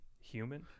human